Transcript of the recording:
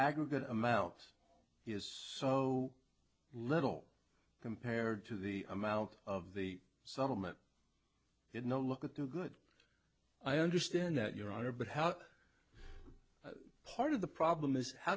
aggregate amount is so little compared to the amount of the settlement that no look at the good i understand that your honor but how part of the problem is how